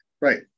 Right